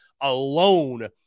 alone